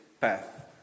path